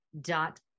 dot